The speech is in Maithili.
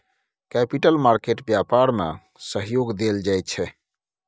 कैपिटल मार्केट व्यापार में सहयोग देल जाइ छै